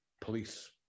police